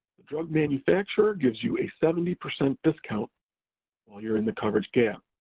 the drug manufacturer gives you a seventy percent discount while you're in the coverage gap.